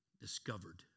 Discovered